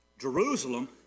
Jerusalem